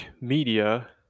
media